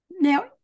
Now